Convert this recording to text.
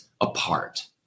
apart